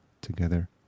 together